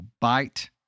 bite